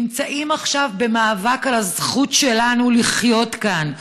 נמצאים עכשיו במאבק על הזכות שלנו לחיות כאן,